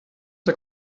der